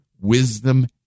wisdom